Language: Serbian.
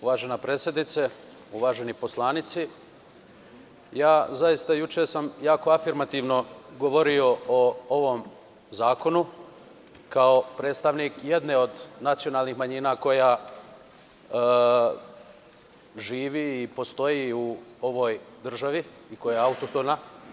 Uvažena predsednice, uvaženi poslanici, zaista juče sam jako afirmativno govorio o ovom zakonu kao predstavnik jedne od nacionalnih manjina koja živi i postoji u ovoj državi i koja autotorna.